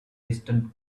distant